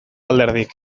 alderdik